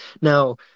now